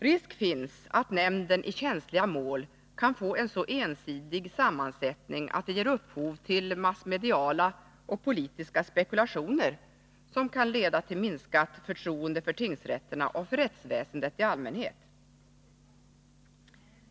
Risk finns att nämnden i känsliga mål kan få en så ensidig sammansättning, att det ger upphov till massmediala och politiska spekulationer, som kan leda till minskat förtroende för tingsrätterna och för rättsväsendet i allmänhet.